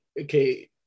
okay